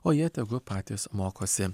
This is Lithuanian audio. o jie tegu patys mokosi